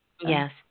Yes